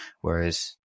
Whereas